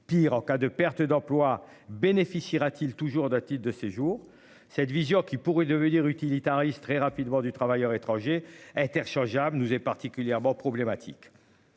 Pire, en cas de perte d'emploi bénéficiera-t-il toujours d'à titre de séjour. Cette vision qui pourrait devenir utilitariste très rapidement du travailleur étranger interchangeables nous est particulièrement problématique.